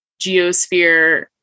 geosphere